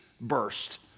burst